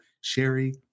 Sherry